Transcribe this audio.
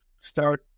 start